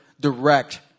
direct